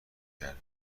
گرمه